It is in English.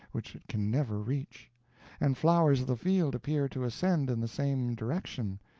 which it can never reach and flowers of the field appear to ascend in the same direction,